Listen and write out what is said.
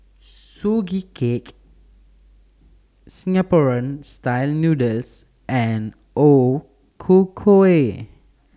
Sugee Cake Singaporean Style Noodles and O Ku Kueh